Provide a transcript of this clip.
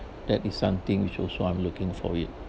that is something which also I'm looking for it